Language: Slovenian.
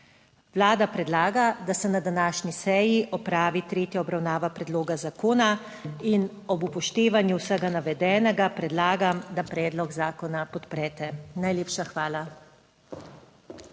Vlada predlaga, da se na današnji seji opravi tretja obravnava predloga zakona in ob upoštevanju vsega navedenega predlagam, da predlog zakona podprete. Najlepša hvala.